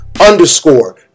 underscore